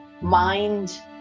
mind